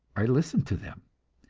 i listened to them,